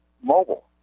mobile